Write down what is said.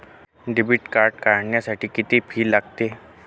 Debit card काढण्यासाठी किती fee लागते?